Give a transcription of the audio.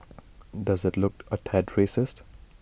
does IT look A tad racist